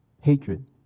hatred